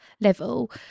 level